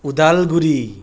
Udalguri